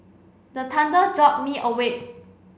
the thunder jolt me awake